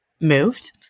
moved